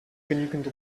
genügend